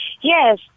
Yes